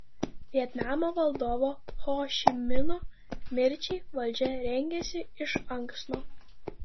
vietnamo vadovo ho ši mino mirčiai valdžia rengėsi iš anksto